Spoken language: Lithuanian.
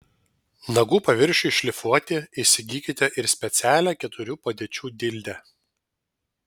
nagų paviršiui šlifuoti įsigykite ir specialią keturių padėčių dildę